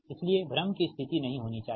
इसलिए भ्रम की स्थिति नहीं होनी चाहिए